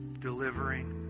delivering